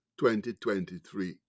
2023